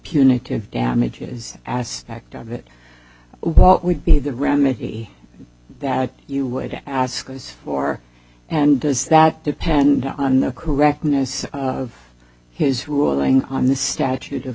puny damages aspect of it what would be the remedy that you would ask us for and does that depend on the correctness of his ruling on the statute of